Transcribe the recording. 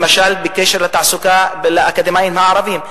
למשל בקשר לתעסוקת האקדמאים הערבים.